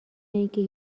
اینکه